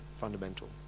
fundamental